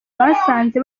basanze